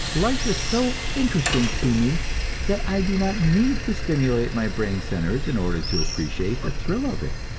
life is so interesting to me that i do not need to stimulate my brain centers in order to appreciate the thrill of it.